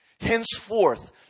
Henceforth